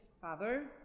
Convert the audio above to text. father